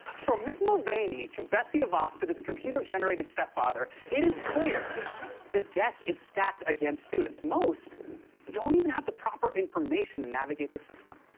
from mick mulvaney to betsy devos to this computer-generated stepfather, it is clear the deck is stacked against students. most don't even have the proper information to and navigate the system.